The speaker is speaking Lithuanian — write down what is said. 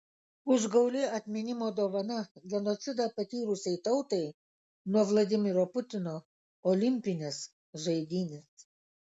užgauli atminimo dovana genocidą patyrusiai tautai nuo vladimiro putino olimpinės žaidynės